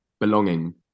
belonging